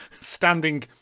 standing